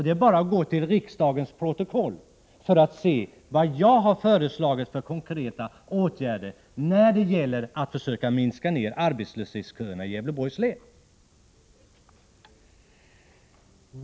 Det är bara att gå till riksdagens protokoll för att se vad jag föreslagit för konkreta åtgärder när det gäller att försöka minska arbetslösheten i Gävleborgs län.